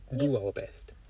do our best